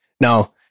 now